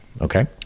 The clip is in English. Okay